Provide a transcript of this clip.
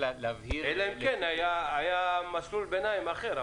אלא אם היה מסלול ביניים אחר.